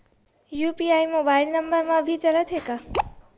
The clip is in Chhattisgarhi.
यू.पी.आई मोबाइल नंबर मा भी चलते हे का?